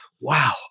wow